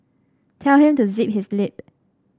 tell him to zip his lip